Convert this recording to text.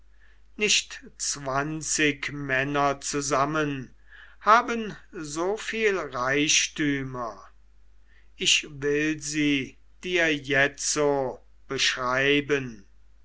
nicht zwanzig männer zusammen haben so viel reichtümer ich will sie dir jetzo beschreiben